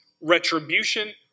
retribution